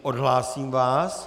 Odhlásím vás.